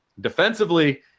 Defensively